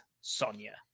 Sonya